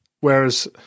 whereas